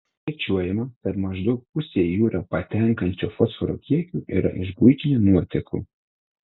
skaičiuojama kad maždaug pusė į jūrą patenkančio fosforo kiekio yra iš buitinių nuotekų